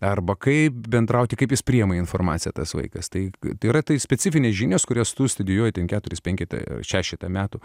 arba kaip bendrauti kaip jis priima informaciją tas vaikas tai tai yra tai specifinės žinios kurias tu studijuoji keturis penketą šešetą metų